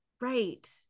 right